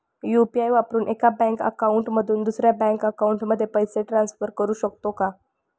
UPI वापरून एका bank account मधून दुसऱ्या बँक अकाउंटमध्ये पैसे ट्रान्सफर करू शकतो का?